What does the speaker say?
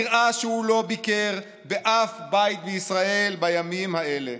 נראה שהוא לא ביקר באף בית בישראל בימים האלה.